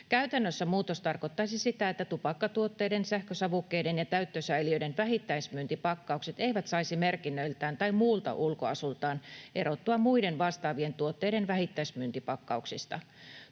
Käytännössä muutos tarkoittaisi sitä, että tupakkatuotteiden, sähkösavukkeiden ja täyttösäiliöiden vähittäismyyntipakkaukset eivät saisi merkinnöiltään tai muulta ulkoasultaan erottua muiden vastaavien tuotteiden vähittäismyyntipakkauksista.